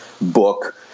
book